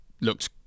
looked